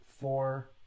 four